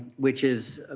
which is